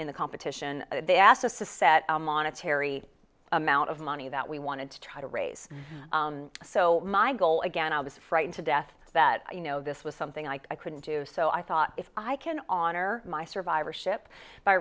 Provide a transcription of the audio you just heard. in the competition they asked us to set a monetary amount of money that we wanted to try to raise so my goal again i was frightened to death that you know this was something i couldn't do so i thought if i can honor my survivorship by